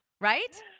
Right